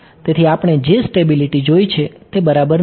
તેથી આપણે જે સ્ટેબિલિટી જોઈ છે તે બરાબર નથી